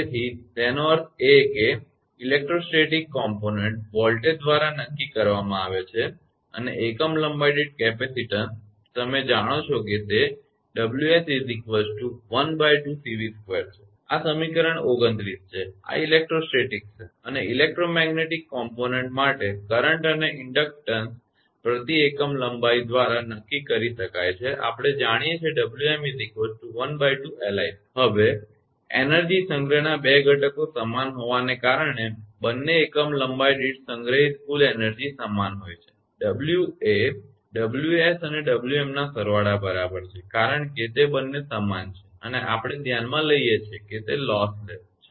તેથી તેનો અર્થ એ કે ઇલેક્ટ્રોસ્ટેટિક ઘટક વોલ્ટેજ દ્વારા નક્કી કરવામાં આવે છે અને એકમ લંબાઈ દીઠ કેપેસિટેન્સ તમે જાણો છો કે તે 𝑤𝑠 ½𝐶𝑉2 છે આ સમીકરણ 29 છે આ ઇલેક્ટ્રોસ્ટેટિક છે અને ઇલેક્ટ્રોમેગ્નેટિક ઘટક માટે તે કરંટ અને ઇન્ડકટન્સ પ્રતિ એકમ લંબાઈ દ્વારા નક્કી કરી શકાય છે આપણે જાણીએ છીએ કે 𝑤𝑚 ½𝐿𝑖2 હવે એનર્જી સંગ્રહના 2 ઘટકો સમાન હોવાને કારણે બંને એકમ લંબાઈ દીઠ સંગ્રહિત કુલ એનર્જી સમાન હોય છેતે w એ ws અને wm ના સરવાળા બરાબર છે કારણ કે બંને સમાન છે અને આપણે ધ્યાનમાં લઈએ છીએ કે તે લોસલેસ જેમાં કોઇ જ લોસ નથી તે છે